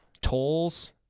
Tolls